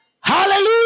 Hallelujah